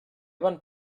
van